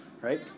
right